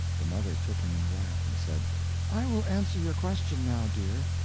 the mother took him in her lap, and said, i will answer your question now, dear.